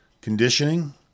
Conditioning